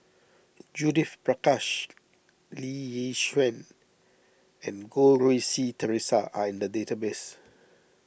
Judith Prakash Lee Yi Shyan and Goh Rui Si theresa are in the database